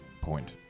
point